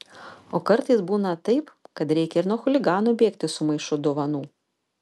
o kartais būna taip kad reikia ir nuo chuliganų bėgti su maišu dovanų